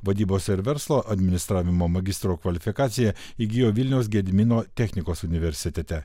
vadybos ir verslo administravimo magistro kvalifikaciją įgijo vilniaus gedimino technikos universitete